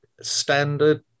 standard